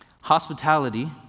Hospitality